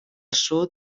sud